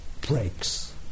breaks